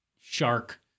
shark